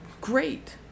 great